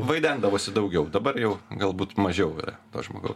vaidendavosi daugiau dabar jau galbūt mažiau yra to žmogau